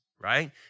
right